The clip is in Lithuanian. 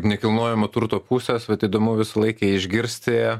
nekilnojamo turto pusės vat įdomu visą laiką išgirsti